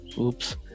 oops